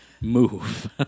move